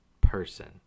person